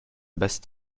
basse